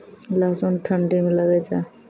लहसुन ठंडी मे लगे जा?